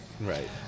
right